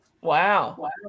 Wow